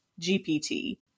GPT